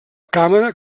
càmera